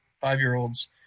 five-year-olds